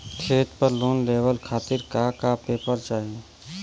खेत पर लोन लेवल खातिर का का पेपर चाही?